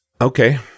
Okay